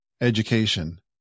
education